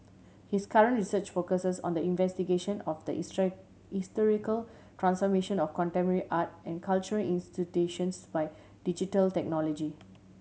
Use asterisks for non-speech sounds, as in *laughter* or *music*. his current research focuses on the investigation of the *unintelligible* historical transformation of contemporary art and cultural institutions by digital technology